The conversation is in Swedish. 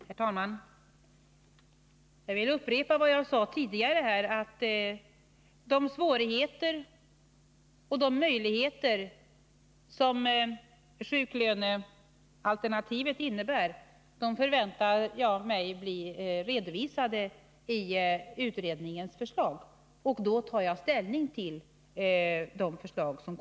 Herr talman! Jag vill upprepa vad jag sade tidigare. Jag förväntar mig att de svårigheter och de möjligheter som sjuklönealternativet innebär blir redovisade i utredningens förslag, och jag tar då ställning till dessa förslag.